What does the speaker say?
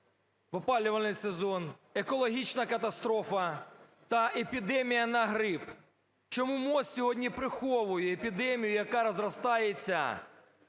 опалювальний сезон, екологічна катастрофа та епідемія на грип. Чому МОЗ сьогодні приховує епідемію, яка розростається,